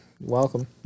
Welcome